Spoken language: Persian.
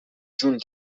جون